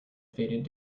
faded